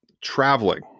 traveling